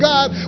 God